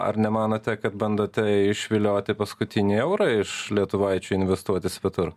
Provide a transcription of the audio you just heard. ar nemanote kad bandote išvilioti paskutinį eurą iš lietuvaičių investuoti svetur